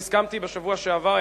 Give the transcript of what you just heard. אני הסכמתי בשבוע שעבר,